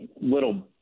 little